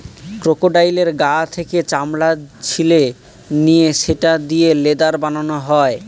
ক্রোকোডাইলের গা থেকে চামড়া ছিলে নিয়ে সেটা দিয়ে লেদার বানানো হয়